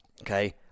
okay